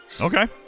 Okay